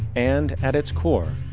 and at its core,